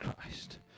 Christ